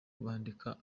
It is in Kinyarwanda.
bandika